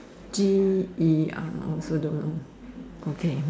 actually I also don't know okay